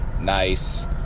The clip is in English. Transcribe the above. Nice